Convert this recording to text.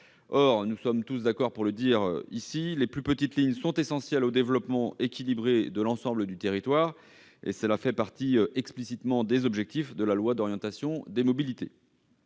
Or, nous sommes tous d'accord pour le dire ici, les plus petites lignes sont essentielles au développement équilibré de l'ensemble du territoire. Cela fait explicitement partie des objectifs de la LOM. Pour répondre en partie